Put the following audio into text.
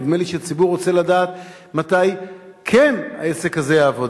נדמה לי שהציבור רוצה לדעת מתי כן העסק הזה יעבוד.